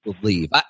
believe